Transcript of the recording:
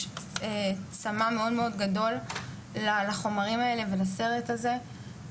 יש צמא מאוד מאוד גדול לחומרים האלה ולסרט הזה.